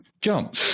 jump